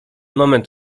moment